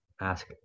ask